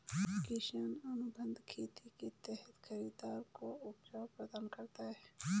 किसान अनुबंध खेती के तहत खरीदार को उपज प्रदान करता है